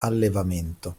allevamento